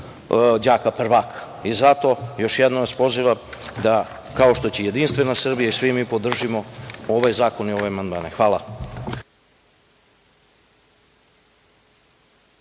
đaka prvaka. Zato vas još jednom pozivam da, kao što će i Jedinstvena Srbija, svi mi podržimo ovaj zakon i ove amandmane. Hvala.